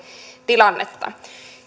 tilannetta